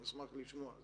אני אשמח לשמוע.